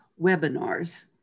webinars